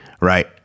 Right